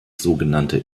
sogenannte